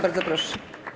Bardzo proszę.